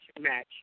match